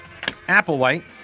Applewhite